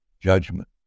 judgment